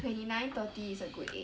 twenty nine thirty is a good age